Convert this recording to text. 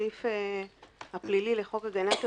הסעיף הפלילי לחוק הגנת הצרכן,